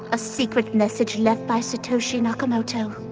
a secret message left by satoshi nakamoto.